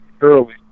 early